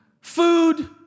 Food